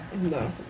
No